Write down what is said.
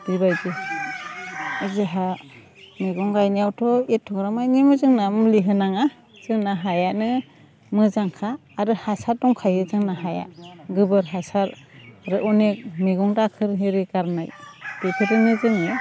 बेबायदि जोंहा मैगं गायनायावथ' एथ'ग्राम मायनिबो जोंना मुलि होनाङा जोंना हायानो मोजांखा आरो हासार दंखायो जोंना हाया गोबोर हासार आरो अनेख मैगं दाखोर हेरि गारनाय बेफोरजोंनो जोङो